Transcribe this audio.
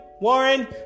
Warren